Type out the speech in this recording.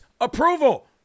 approval